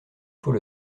faut